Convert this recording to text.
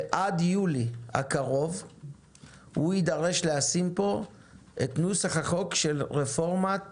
עד יולי הקרוב הוא יידרש לשים פה את נוסח החוק של רפורמת